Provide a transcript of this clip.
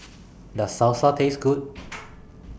Does Salsa Taste Good